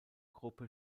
gruppe